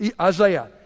Isaiah